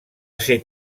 ser